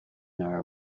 nor